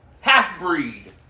Half-breed